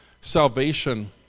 Salvation